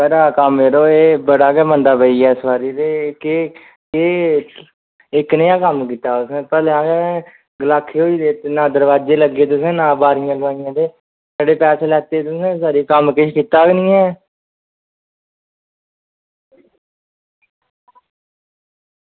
घरा दा कम्म यरो एह् बड़ा गै मंदा पेई गेआ इस बारी ते केह् एह् एह् कनेहा कम्म कीता तुसें भलेआं गै गलाखे होई दे ना दरवाजे लग्गे दे नां बारियां लुआइयां ते बड़े पैसे लैते दे तुसें ते कम्म किश कीता गै निं ऐ